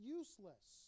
useless